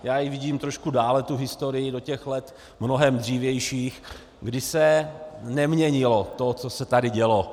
Já ji vidím trošku dále, tu historii, do těch let mnohem dřívějších, kdy se neměnilo to, co se tady dělo.